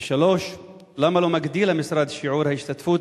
3. למה לא מגדיל המשרד את שיעור ההשתתפות